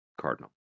cardinal